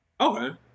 okay